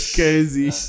crazy